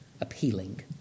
appealing